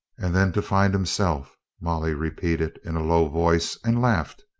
and then to find himself molly repeated in a low voice, and laughed.